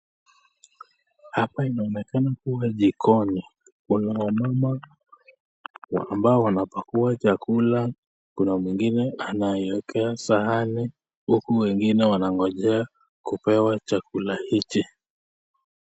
Hapa inaonekana kuwa jikoni Kuna wamama ambao wanabagua chakula Kuna mwingine anaiwekea sahani huku wengine wanangojea kupewa chakula hichi.